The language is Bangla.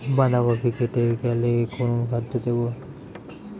বাঁধাকপি ফেটে গেলে কোন অনুখাদ্য দেবো?